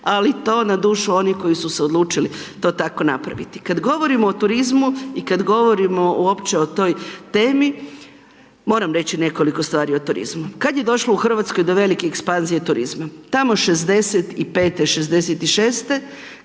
ali to na dušu onih koji su se odlučili to tako napraviti. Kad govorimo o turizmu i kad govorimo uopće o toj temi, moram reći nekoliko stvari o turizmu. Kad je došlo u Hrvatskoj do velike ekspanzije turizma? Tamo 65-e, 66-e,